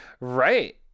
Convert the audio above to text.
right